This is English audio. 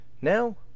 Now